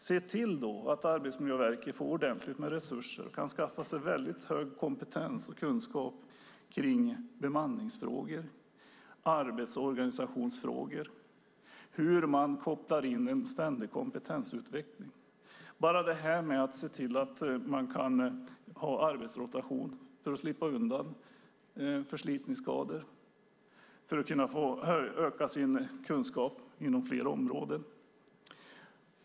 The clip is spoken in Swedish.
Se då till att Arbetsmiljöverket får ordentligt med resurser och kan skaffa sig hög kompetens och kunskap om bemanningsfrågor, arbetsorganisationsfrågor och hur man kopplar in en ständig kompetensutveckling! Bara detta att se till att man kan ha arbetsrotation för att slippa förslitningsskador och för att kunna öka sin kunskap inom flera områden!